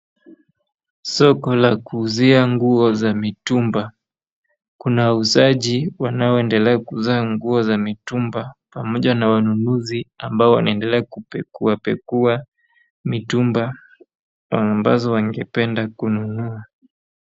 Soko la kuuzia nguo za mitumba kuna wauzaji wanaoendelea kuuza nguo za mitumba pamoja na wanunuzi ambao wanaendelea kupekuapekua mitumba ambazo wangependa kununua.